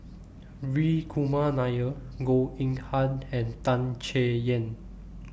Hri Kumar Nair Goh Eng Han and Tan Chay Yan